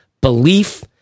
belief